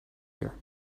year